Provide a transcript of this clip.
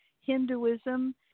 hinduism